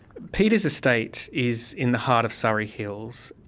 peter's estate is in the heart of surry hills.